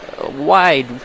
wide